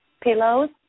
pillows